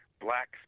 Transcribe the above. blacks